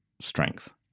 strength